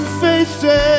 faces